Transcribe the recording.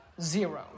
zero